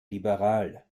liberal